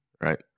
right